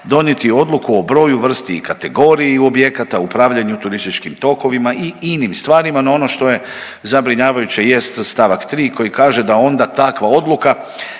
donijeti odluku o broju, vrsti i kategoriji objekata u upravljanju turističkim tokovima i inim stvarima, no ono što je zabrinjavajuće jest st. 3. koji kaže da onda takva odluka